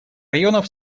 районов